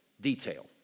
detail